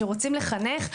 שרוצים לחנך,